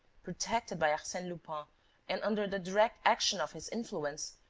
protected by arsene lupin and under the direct action of his influence,